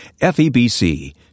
FEBC